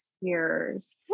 years